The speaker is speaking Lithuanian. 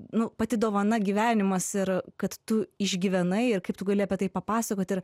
nu pati dovana gyvenimas ir kad tu išgyvenai ir kaip tu gali apie tai papasakot ir